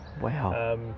Wow